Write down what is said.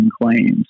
claims